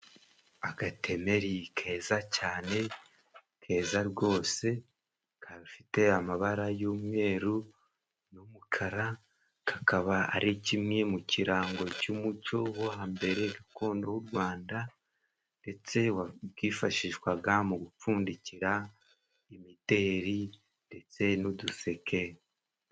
Agatemeri keza cyane, keza rwose kafite amabara y'umweru n'umukara, kakaba ari kimwe mu kirango cy'umuco wo hambere gakondo w'u Rwanda, ndetse bwifashishwaga mu gupfundikira imideli ndetse n'uduseke.